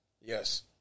Yes